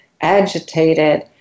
agitated